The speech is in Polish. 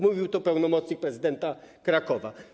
Mówił to pełnomocnik prezydenta Krakowa.